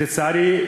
לצערי,